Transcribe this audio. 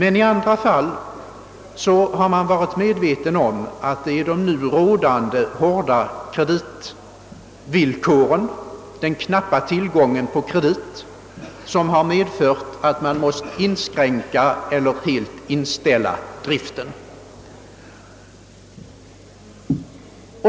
I andra fall har man däremot varit medveten om att det är de nu rådande hårda kreditvillkoren som har medfört att driften måst inskränkas eller helt inställas.